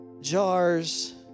jars